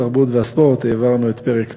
התרבות והספורט העברנו את פרק ט',